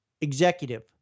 Executive